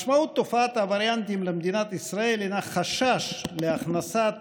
משמעות תופעת הווריאנטים למדינת ישראל היא חשש להכנסת